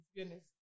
honest